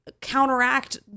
counteract